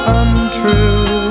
untrue